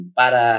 para